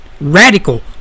radical